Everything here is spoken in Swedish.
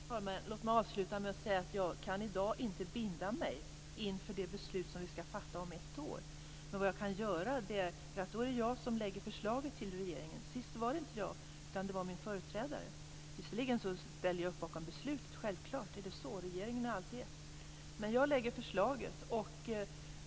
Fru talman! Låt mig avsluta med att säga att jag i dag inte kan binda mig inför det beslut vi skall fatta om ett år men att det då är jag som lägger fram förslaget till regeringen. Sist var det inte jag utan min företrädare. Visserligen ställde jag självklart upp bakom beslutet. Regeringen är alltid ett. Men nu lägger jag fram förslaget.